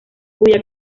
cuya